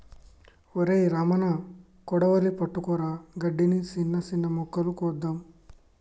ఒరై రమణ కొడవలి పట్టుకురా గడ్డిని, సిన్న సిన్న మొక్కలు కోద్దాము